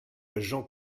jean